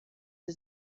sie